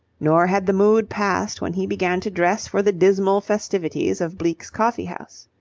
nor had the mood passed when he began to dress for the dismal festivities of bleke's coffee house.